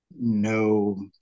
no